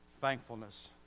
thankfulness